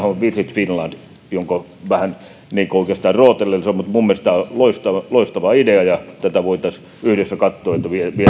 on visit finland jonka rootelilla se oikeastaan on mutta minun mielestäni tämä on loistava loistava idea ja tätä voitaisiin yhdessä katsoa viedäänkö